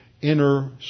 inner